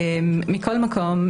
מכל מקום,